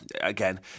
again